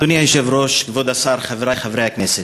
אדוני היושב-ראש, כבוד השר, חברי חברי הכנסת,